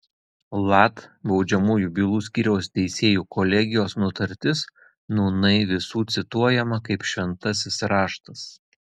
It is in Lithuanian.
lat baudžiamųjų bylų skyriaus teisėjų kolegijos nutartis nūnai visų cituojama kaip šventasis raštas